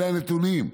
אלה הנתונים.